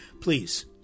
please